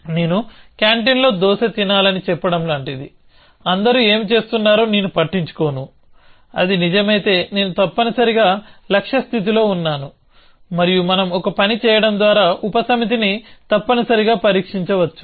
నేను క్యాంటీన్లో దోసె తినాలని చెప్పడం లాంటిది అందరూ ఏమి చేస్తున్నారో నేను పట్టించుకోను అది నిజమైతే నేను తప్పనిసరిగా లక్ష్య స్థితిలో ఉన్నాను మరియు మనం ఒక పని చేయడం ద్వారా ఉపసమితిని తప్పనిసరిగా పరీక్షించవచ్చు